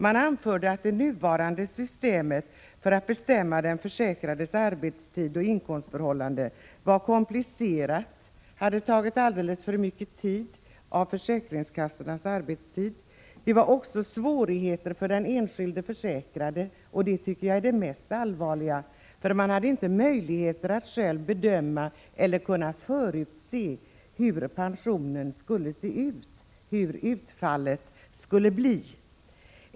Man anförde att det nuvarande systemet för att bestämma den försäkrades arbetstid och inkomstförhållanden var komplicerat samt hade tagit alltför mycket av försäkringskassornas tid i anspråk. Det hade också uppkommit svårigheter för den enskilde försäkrade, och det tycker jag är det mest allvarliga. Den försäkrade hade inte möjligheter att förutse hur stor pensionen skulle bli — hur utfallet skulle bli.